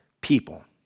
people